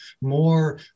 more